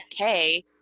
okay